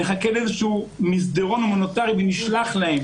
נחכה למסדרון הומניטרי ונשלח להם,